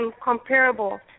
Comparable